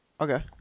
Okay